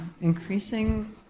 increasing